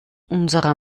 unserer